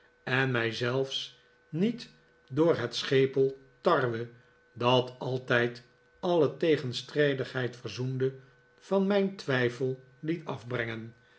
en mij zelfs niet door het schepel tarwe dat altijd alle tegenstrijdigheid verzoende van mijn twijfel liet afbrengen